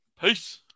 Peace